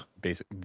basic